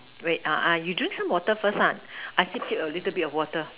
wait ah ah you drink some water first lah I sip sip a little bit of water